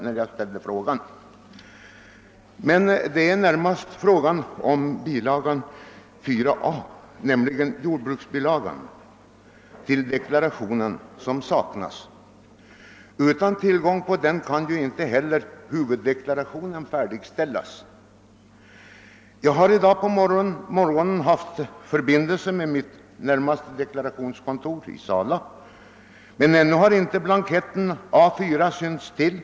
Men det gäller nu främst deklarationsblankett 4 a, den s.k. jordbruksbilagan. Utan tillgång till denna blankett kan man ju inte färdigställa huvuddeklarationen. Jag har i dag på morgonen varit i förbindelse med mitt närmaste deklarationskontor i Sala, och där meddelade man att blankett 4 a ännu ej synts till.